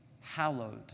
hallowed